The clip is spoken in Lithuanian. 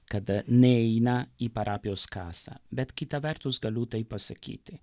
kada neeina į parapijos kasą bet kita vertus galiu taip pasakyti